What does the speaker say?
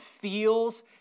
feels